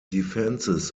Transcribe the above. defenses